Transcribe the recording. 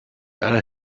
einer